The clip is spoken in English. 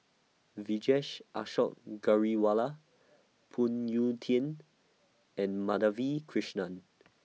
Vijesh Ashok Ghariwala Phoon Yew Tien and Madhavi Krishnan